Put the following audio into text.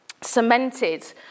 cemented